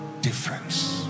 difference